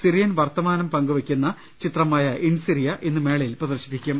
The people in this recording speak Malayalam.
സിറിയൻ വർത്തമാനം പങ്കുവയ്ക്കുന്ന ചിത്രമായ ഇൻ സിറിയ ഇന്ന് മേള യിൽ പ്രദർശിപ്പിക്കും